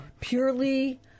purely